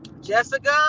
Jessica